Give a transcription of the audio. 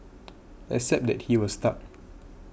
except that he was stuck